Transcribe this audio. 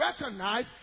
recognize